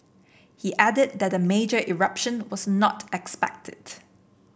he added that a major eruption was not expected